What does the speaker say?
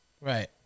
Right